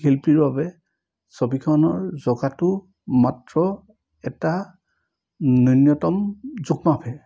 শিল্পীৰ বাবে ছবিখনৰ জঁকাটো মাত্ৰ এটা ন্যূন্যতম জোখ মাখহে